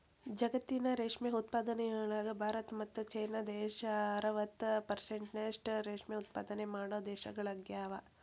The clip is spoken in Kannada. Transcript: ಜಗತ್ತಿನ ರೇಷ್ಮೆ ಉತ್ಪಾದನೆಯೊಳಗ ಭಾರತ ಮತ್ತ್ ಚೇನಾ ದೇಶ ಅರವತ್ ಪೆರ್ಸೆಂಟ್ನಷ್ಟ ರೇಷ್ಮೆ ಉತ್ಪಾದನೆ ಮಾಡೋ ದೇಶಗಳಗ್ಯಾವ